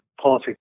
policy